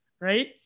right